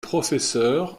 professeur